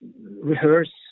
rehearse